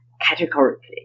categorically